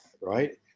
Right